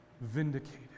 vindicated